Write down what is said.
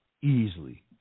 Easily